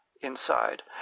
inside